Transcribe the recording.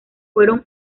fueron